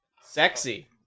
Sexy